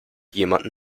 jemand